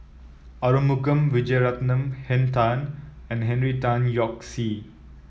Arumugam Vijiaratnam Henn Tan and Henry Tan Yoke See